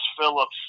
Phillips